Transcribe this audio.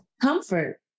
comfort